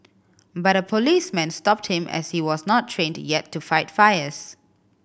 but a policeman stopped him as he was not trained yet to fight fires